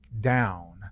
down